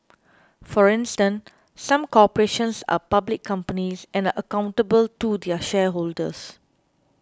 for instance some corporations are public companies and are accountable to their shareholders